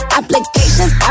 applications